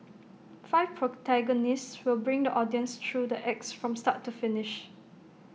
five protagonists will bring the audience through the acts from start to finish